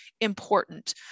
important